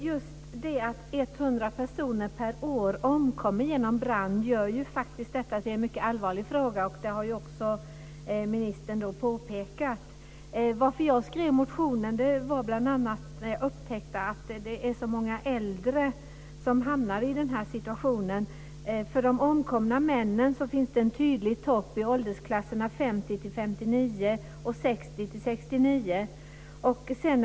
Fru talman! Det faktum att 100 personer per år omkommer genom brand gör detta till en mycket allvarlig fråga. Det har ministern också påpekat. Jag skrev interpellationen när jag upptäckte att det är många äldre som hamnar i den här situationen. Det finns en tydlig topp i åldersklasserna 50-59 år och 60-69 år för de omkomna männen.